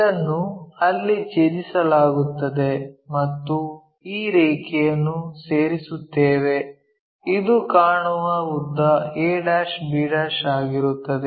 ಇದನ್ನು ಅಲ್ಲಿ ಛೇದಿಸಲಾಗುತ್ತದೆ ಮತ್ತು ಈ ರೇಖೆಯನ್ನು ಸೇರಿಸುತ್ತೇವೆ ಇದು ಕಾಣುವ ಉದ್ದ a b ಆಗಿರುತ್ತದೆ